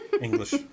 English